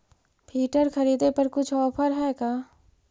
Filter खरिदे पर कुछ औफर है का?